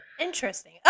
Interesting